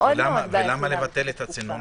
למה לבטל את הצינון?